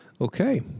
Okay